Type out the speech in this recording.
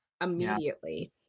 immediately